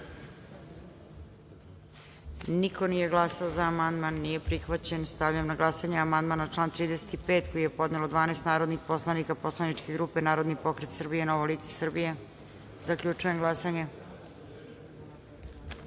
Niko nije glasao. Skupština nije prihvatila ovaj amandman. Stavljam na glasanje amandman na član 35. koji je podnelo 12 narodnih poslanika Poslaničke grupe Narodni pokret Srbije – Novo lice Srbije. Zaključujem glasanje: